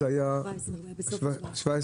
זה היה בסוף הכנסת ה-17.